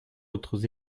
autres